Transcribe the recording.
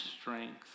strength